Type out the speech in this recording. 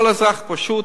כל אזרח פשוט,